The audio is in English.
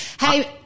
hey